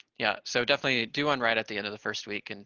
yeah, so definitely do one right at the end of the first week, and